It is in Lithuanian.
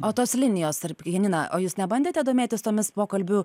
o tos linijos janina o jūs nebandėte domėtis tomis pokalbių